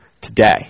today